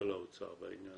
האוצר בעניין הזה.